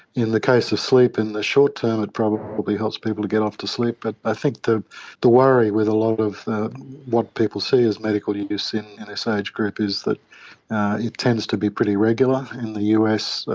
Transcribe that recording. in the case of sleep in the short term it probably helps people to get off to sleep, but i think the the worry with a lot of what people see as medical use in in this age group is that it tends to be pretty regular. in the us,